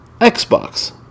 Xbox